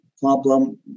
problem